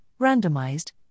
randomized